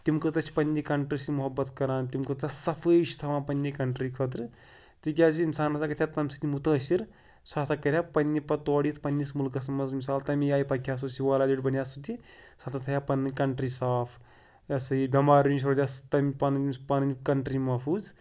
تِم کۭتیاہ چھِ پَننہِ کَنٹری سۭتۍ محبت کَران تِم کۭژاہ صفٲیی چھِ تھاوان پَننہِ کَنٹری خٲطرٕ تِکیٛازِ اِنسان ہَسا گژھِ تَمہِ سۭتۍ مُتٲثِر سُہ ہَسا کَرِہا پَننہِ پَتہٕ تور یِتھ پَننِس مُلکَس منٛز مِثال تٔمی آیہِ پَکہِ ہَا سُہ سِوالایزڈ بَنیہِ ہا سُہ تہِ سُہ ہَسا تھٲیِہ ہا پَنٕنۍ کَنٹری صاف یہِ ہَسا یہِ بٮ۪مارِ نِش روزِ ہا تَمہِ پَنٕنۍ پَنٕنۍ کَنٹری محفوٗظ